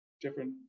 different